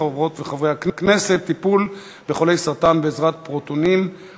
חברות וחברי הכנסת: טיפול בחולי סרטן בעזרת פרוטונים,